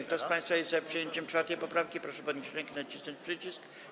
Kto z państwa jest za przyjęciem 4. poprawki, proszę podnieść rękę i nacisnąć przycisk.